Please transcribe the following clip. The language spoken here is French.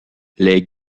les